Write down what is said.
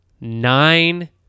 nine